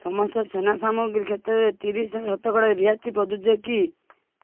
ସମସ୍ତ ଛେନା ସାମଗ୍ରୀ କ୍ଷେତ୍ରରେ ତିରିଶ ଶତକଡ଼ା ରିହାତି ପ୍ରଯୁଜ୍ୟ କି